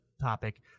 topic